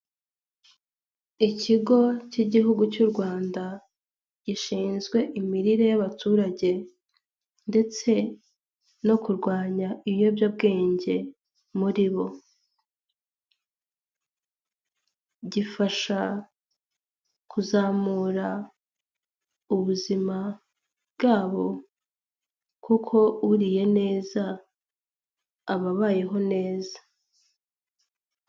Ikigo cy'igihugu cy'u Rwanda gishinzwe imirire y'abaturage ndetse no kurwanya ibiyobyabwenge muri bo. Gifasha kuzamura ubuzima bwabo kuko uriye neza aba abayeho neza.